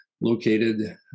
located